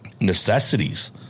necessities